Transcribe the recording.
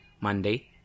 Monday